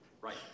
Right